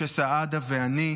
משה סעדה ואני,